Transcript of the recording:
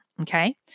Okay